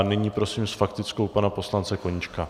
Nyní prosím s faktickou pana poslance Koníčka.